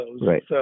Right